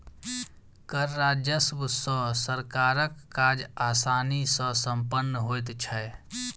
कर राजस्व सॅ सरकारक काज आसानी सॅ सम्पन्न होइत छै